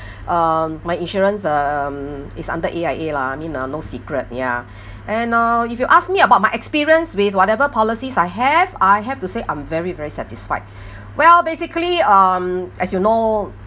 um my insurance um is under A_I_A lah I mean uh no secret ya and uh if you ask me about my experience with whatever policies I have I have to say I'm very very satisfied well basically um as you know